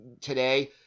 today